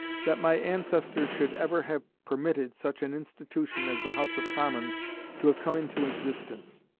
that my ancestors should ever have permitted such an institution as the house of commons to have come into existence.